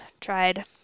tried